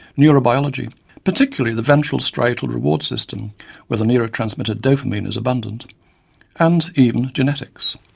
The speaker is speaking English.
neurobiology particularly the ventral straital reward system where the neurotransmitter dopamine is abundant and even genetics.